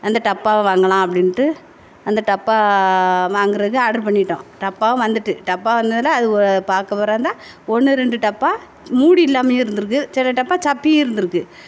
அந்த டப்பாவை வாங்கலாம் அப்படின்ட்டு அந்த டப்பா வாங்குகிறதுக்கு ஆர்ட்ரு பண்ணிவிட்டோம் டப்பாவும் வந்துட்டு டப்பா வந்துதுன்னால் அது ஒ பார்க்க திறந்தா ஒன்று ரெண்டு டப்பா மூடி இல்லாமலேயே இருந்திருக்கு சில டப்பா சப்பி இருந்திருக்கு